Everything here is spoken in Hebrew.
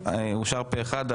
הצבעה אושר אושר פה אחד.